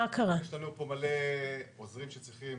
יודעים שלא תמיד היעדים ברורים.